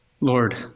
Lord